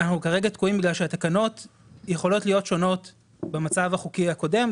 אנחנו כרגע תקועים בגלל שהתקנות יכולות להיות שונות במצב החוקי הקודם.